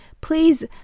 please